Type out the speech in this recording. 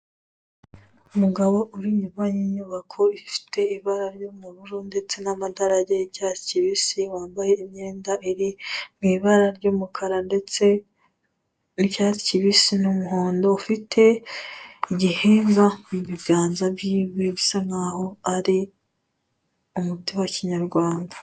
Umugabo uri inyuma y'inyubako ifite ibara ry'ubururu ndetse n'amadarage y'icyatsi kibisi wambaye imyenda iri mu ibara ry'umukara ndetse icyatsi kibisi n'umuhondo, ufite igihimba mu biganza byiwe bisa nkaho ari umuti wa Kinyarwanda.